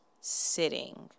sitting